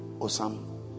Osam